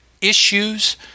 issues